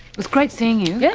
was great seeing you. yeah